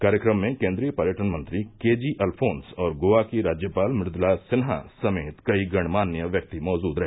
कार्यक्रम में केन्द्रीय पर्यटन मंत्री केजी अल्फॉस और गोआ की राज्यपाल मृदला सिन्हा समेत कई गणमान्य व्यक्ति मौजूद रहे